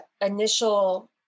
initial